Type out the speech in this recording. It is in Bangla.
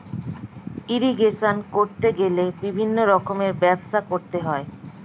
ইরিগেশন করতে গেলে বিভিন্ন রকমের ব্যবস্থা করতে হয়